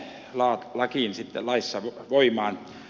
maan lakiin sitä laissa voimaan